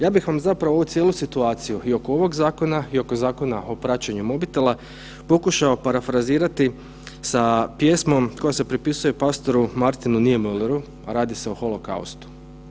Ja bih vam zapravo ovu cijelu ovu situaciju i oko ovog zakona i oko zakona o praćenju mobitela pokušao parafrazirati sa pjesnom koja se prepisuje pastoru Martinu Niemöller, a radi se o holokaustu.